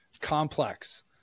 complex